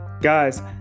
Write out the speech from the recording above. Guys